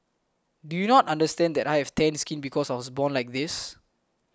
do you not understand that I have tanned skin because was born like this